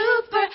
Super